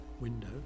window